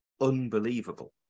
unbelievable